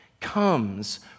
comes